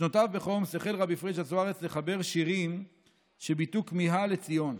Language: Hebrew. בשנותיו בחומס החל רבי פריג'א זוארץ לחבר שירים שביטאו כמיהה לציון.